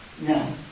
No